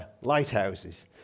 lighthouses